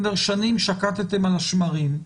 שנים שקטתם על השמרים,